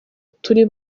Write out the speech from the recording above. turi